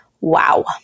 wow